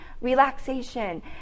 relaxation